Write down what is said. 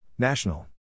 National